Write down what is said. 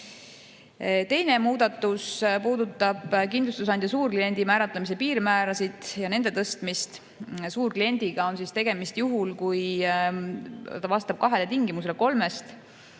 puhul. Teine muudatus puudutab kindlustusandja suurkliendi määratlemise piirmäärasid ja nende tõstmist. Suurkliendiga on tegemist juhul, kui ta vastab kahele tingimusele kolmest: